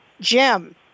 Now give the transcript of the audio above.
Jim